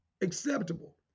acceptable